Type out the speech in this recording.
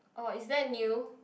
oh is that new